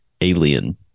alien